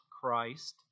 Christ